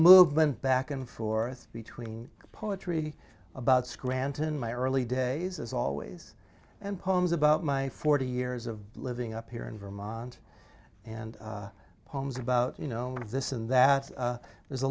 movement back and forth between poetry about scranton my early days as always and poems about my forty years of living up here in vermont and homes about you know this and that there's a